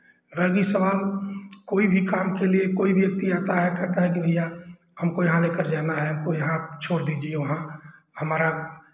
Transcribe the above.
रह गई सवाल कोई भी काम के लिए कोई व्यक्ति आता है कहता है कि भैया हमको यहाँ लेकर जाना है हमको यहाँ छोड़ दीजिए वहाँ हमारा